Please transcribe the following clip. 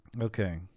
Okay